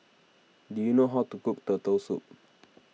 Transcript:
do you know how to cook Turtle Soup